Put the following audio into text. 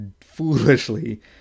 foolishly